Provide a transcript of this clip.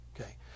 Okay